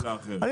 אני